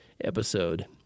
episode